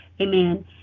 amen